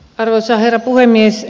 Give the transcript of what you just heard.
arvoisa herra puhemies